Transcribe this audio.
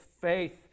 faith